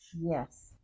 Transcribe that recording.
Yes